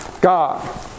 God